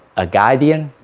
a guardian,